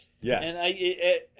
Yes